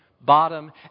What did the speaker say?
bottom